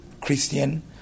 Christian